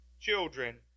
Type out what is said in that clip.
Children